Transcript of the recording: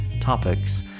topics